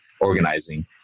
organizing